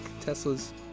Tesla's